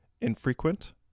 infrequent